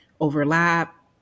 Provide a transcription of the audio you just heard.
overlap